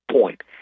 point